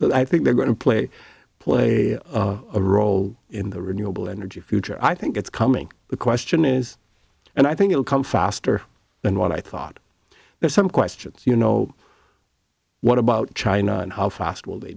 but i think they're going to play play a role in the renewable energy future i think it's coming the question is and i think it will come faster than what i thought there's some questions you know what about china and how fast will they